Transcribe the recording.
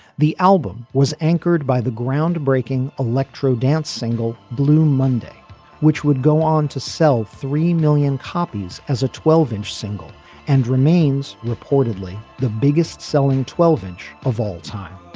the album was anchored by the groundbreaking electro dance single blue monday which would go on to sell three million copies as a twelve inch single and remains reportedly the biggest selling twelve inch of all time